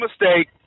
mistake